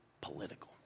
political